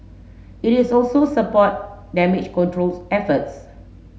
it is also support damage controls efforts